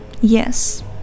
yes